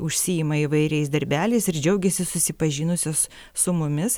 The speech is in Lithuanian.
užsiima įvairiais darbeliais ir džiaugiasi susipažinusios su mumis